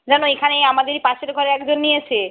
জানো এখানেই আমাদের এই পাশের ঘরে একজন নিয়েছে